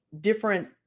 different